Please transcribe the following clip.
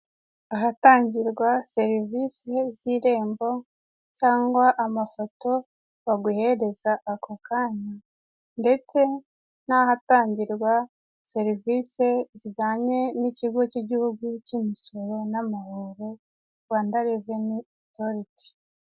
Ahatangirwa serivise z'irembo cyangwa amafoto baguhereza ako kanya ndetse n'ahatangirwa serivise zijyanye n'ikigo cy'igihugu cy'imisoro n'amahoro Rwanda reveni otoriti.